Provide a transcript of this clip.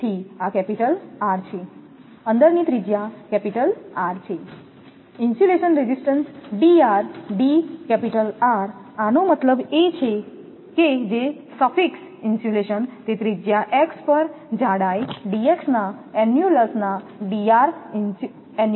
તેથી આ capital R છે અંદરની ત્રિજ્યા કેપિટલ R છેઇન્સ્યુલેશન resistance dR d capital R આનો મતલબ એ કે જે સફિક્સ ઇન્સ્યુલેશન તે ત્રિજ્યા x પર જાડાઈ dx ના એન્યુલસના છે